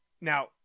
Now